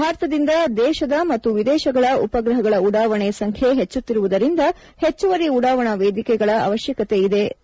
ಭಾರತದಿಂದ ದೇಶದ ಮತ್ತು ವಿದೇಶಗಳ ಉಪಗ್ರಹಗಳ ಉಡಾವಣೆ ಸಂಖ್ಯೆ ಹೆಚ್ಚುತ್ತಿರುವುದರಿಂದ ಹೆಚ್ಚುವರಿ ಉಡಾವಣಾ ವೇದಿಕೆಗಳ ಅವಶ್ಯಕತೆ ಎದುರಾಗಿದೆ